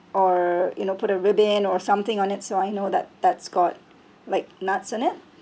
or you know put a ribbon or something on it so I know that that's got like nuts in it